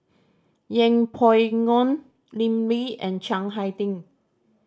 Yeng Pway Ngon Lim Lee and Chiang Hai Ding